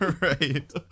Right